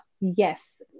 Yes